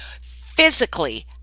Physically